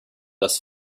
das